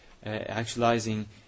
Actualizing